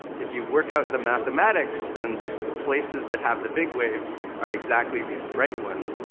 if you work out the mathematics, then the places that have the big waves are exactly these bright ones,